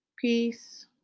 Peace